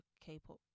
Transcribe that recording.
K-pop